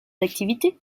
activités